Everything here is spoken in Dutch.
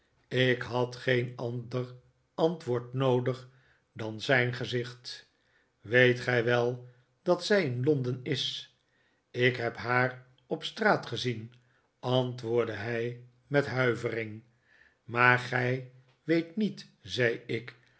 ik had geen ander antwoord noodig dan zijn gezicht weet gij wel dat zij in londen is ik heb haar op straat gezien antwoordde hij met een huivering maar gij weet niet zei ik